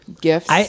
Gifts